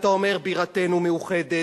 אתה אומר: בירתנו מאוחדת,